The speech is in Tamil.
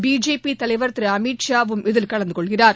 பிஜேபி தலைவர் திரு அமித் ஷாவும் இதில் கலந்துகொள்கிறார்